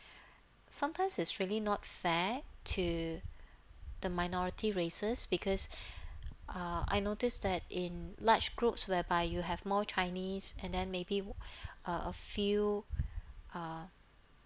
sometimes it's really not fair to the minority races because uh I noticed that in large groups whereby you have more chinese and then maybe w~ a a few uh